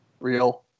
Real